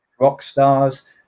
Rockstars